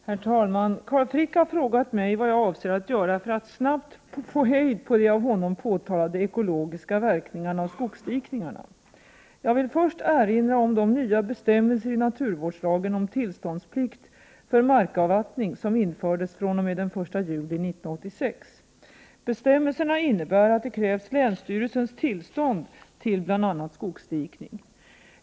Herr talman! Carl Frick har frågat mig vad jag avser att göra för att snabbt få hejd på de av honom påtalade ekologiska verkningarna av skogsdikningarna. Jag vill först erinra om de nya bestämmelser i naturvårdslagen om Prot. 1988/89:109 tillståndsplikt för markavvattning som infördes fr.o.m. den 1 juli 1986. 8 maj 1989 Bestämmelserna innebär att det krävs länsstyrelsens tillstånd till bl.a. skogsdikning.